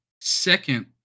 second